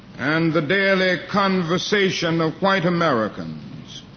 and the daily conversation of white americans.